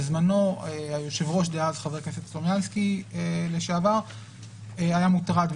בזמנו היושב-ראש דאז חבר הכנסת לשעבר סלומינסקי היה מוטרד,